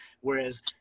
whereas